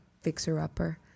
fixer-upper